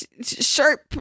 Sharp